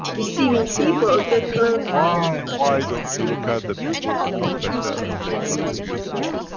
deceiving people get closer. why, and why don't you look at the people become better and they contribute more?